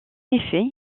effet